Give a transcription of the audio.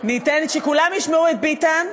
אתן שכולם ישמעו את ביטן,